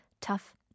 tough